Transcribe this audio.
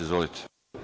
Izvolite.